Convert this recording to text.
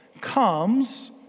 comes